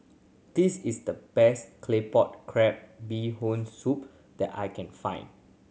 this is the best Claypot Crab Bee Hoon Soup that I can find